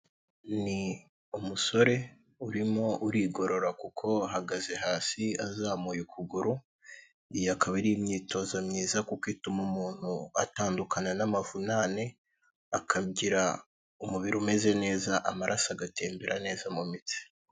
Ni umusore urimo urigorora kuko ahagaze hasi azamuye ukuguru, iyo akaba ari imyitozo myiza kuko ituma umuntu atandukana n'amavunane, akagira umubiri umeze neza amaraso agatembera neza mu mitsi.